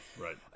Right